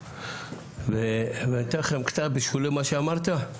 ואני אתן לך קצת בשולי מה שאמרת,